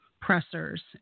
pressers